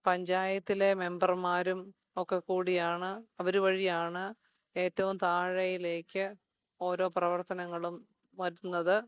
പഞ്ചായത്തിലെ മെംബർമാരും ഒക്കെകൂടിയാണ് അവരുവഴിയാണ് ഏറ്റവും താഴയിലേക്ക് ഓരോ പ്രവർത്തനങ്ങളും വരുന്നത്